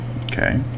Okay